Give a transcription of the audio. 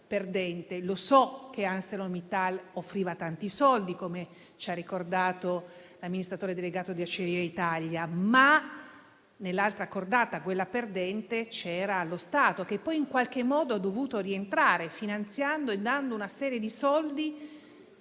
Lo so che ArcelorMittal offriva tanti soldi - come ci ha ricordato l'amministratore delegato di Acciaierie d'Italia - ma nell'altra cordata, quella perdente, c'era lo Stato; Stato che poi, in qualche modo, ha dovuto rientrare, finanziando e dando una serie di risorse,